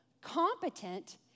competent